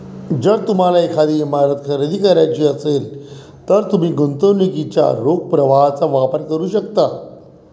जर तुम्हाला एखादी इमारत खरेदी करायची असेल, तर तुम्ही गुंतवणुकीच्या रोख प्रवाहाचा वापर करू शकता